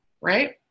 right